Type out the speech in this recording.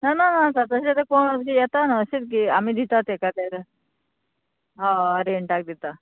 ना ना ना तशें तें कोण येता ना अशेंच गे आमी दितात तेका ते हय रेंटाक दिता